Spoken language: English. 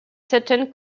sutton